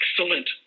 excellent